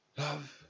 Love